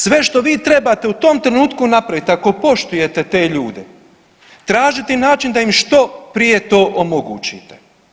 Sve što vi trebate u tom trenutku napravit ako poštujete te ljude tražiti način da im što prije to omogućite.